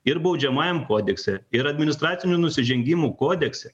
ir baudžiamajam kodekse ir administracinių nusižengimų kodekse